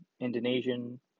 Indonesian